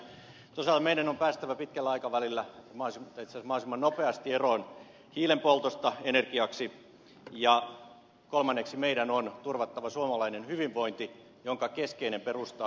toiseksi meidän on päästävä pitkällä aikavälillä tai itse asiassa mahdollisimman nopeasti eroon hiilen poltosta energiaksi ja kolmanneksi meidän on turvattava suomalainen hyvinvointi jonka keskeinen perusta on meidän teollisuutemme kilpailukyky